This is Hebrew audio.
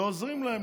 ועוזרים להם,